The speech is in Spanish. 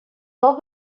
dos